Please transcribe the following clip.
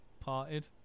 parted